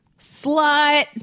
slut